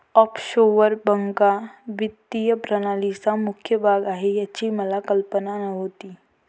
offshore बँका वित्तीय प्रणालीचा मुख्य भाग आहेत याची मला कल्पना नव्हती